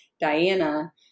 Diana